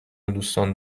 ودوستان